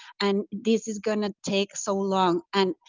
and this is going to take so long. and